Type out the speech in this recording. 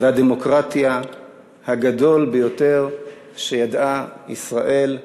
והדמוקרטיה הגדול ביותר שידעה ישראל מעודה.